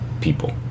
people